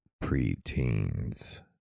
pre-teens